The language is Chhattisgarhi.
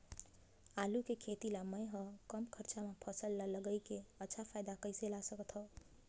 आलू के खेती ला मै ह कम खरचा मा फसल ला लगई के अच्छा फायदा कइसे ला सकथव?